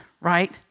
right